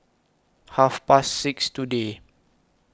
Half Past six today